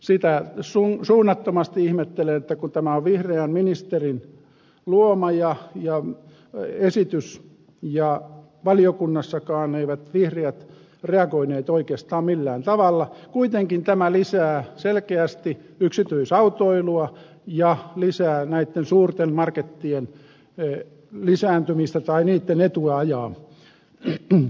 sitä suunnattomasti ihmettelen että kun tämä on vihreän ministerin luoma esitys ja valiokunnassakaan eivät vihreät reagoineet oikeastaan millään tavalla ja kuitenkin tämä lisää selkeästi yksityisautoilua ja lisää näitten suurten markettien lisääntymistä tai niitten etua ajaa